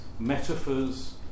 metaphors